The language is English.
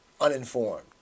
uninformed